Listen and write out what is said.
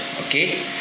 okay